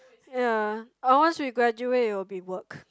ya and once we graduate it will be work